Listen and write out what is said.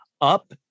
up